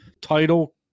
title